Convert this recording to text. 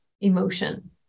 emotion